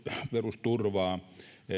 perusturvaa